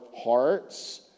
hearts